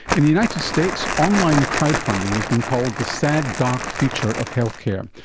in the united states, online crowdfunding has been called the sad, dark future of healthcare.